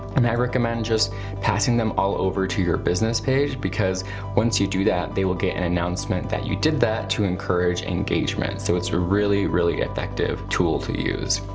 and i recommend just passing them all over to your business page, because once you do that, they will get an announcement that you did that to encourage engagement. so it's a really, really effective tool to use.